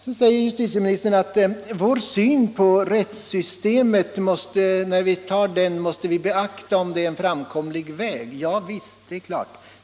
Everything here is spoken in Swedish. Sedan säger justitieministern att vi i vår syn på rättssystemet måste beakta om det är en framkomlig väg. Ja visst, det är klart.